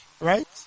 Right